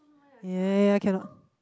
ya ya cannot